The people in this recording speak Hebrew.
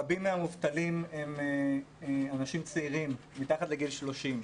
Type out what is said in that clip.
רבים מהמובטלים הם אנשים צעירים, מתחת לגיל 30,